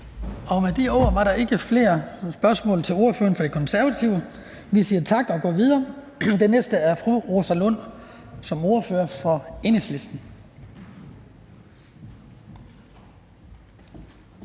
Med de ord var der ikke flere spørgsmål til ordføreren for Det Konservative Folkeparti. Den næste er fru Rosa Lund som ordfører for Enhedslisten.